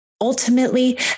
ultimately